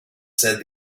said